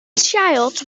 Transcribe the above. child